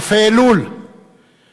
כ"ה באלול תשע"ב,